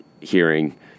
hearing